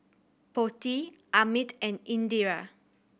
Potti Amit and Indira